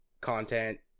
content